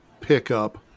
pickup